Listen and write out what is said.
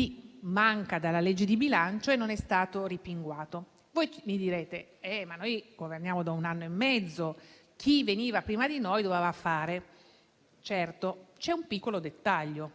fondo manca dalla legge di bilancio e non è stato rimpinguato. Voi mi direte: ma noi governiamo da un anno e mezzo, chi veniva prima di noi doveva intervenire. Certo, ma c'è un piccolo dettaglio: